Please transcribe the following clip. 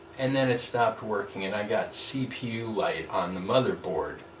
and then it stopped working and i got cpu light on the motherboard